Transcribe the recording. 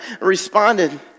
responded